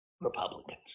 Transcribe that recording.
Republicans